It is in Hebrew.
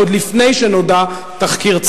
עוד לפני שנודע תחקיר צה"ל.